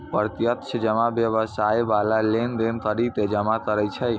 प्रत्यक्ष जमा व्यवसाय बाला लेन देन करि के जमा करै छै